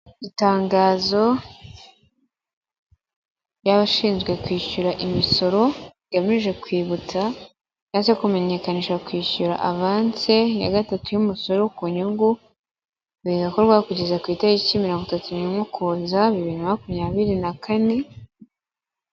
Itangazo ry'abashinzwe kwishyura imisoro, igamije kwibutsa cyangwa se kumenyekanisha kwishyura avansi ya gatatu y'umusoro ku nyungu, birakorwa kugeza ku itariki mirongo itatu n'imwe ukuza, bibiri na makumyabiri na kane.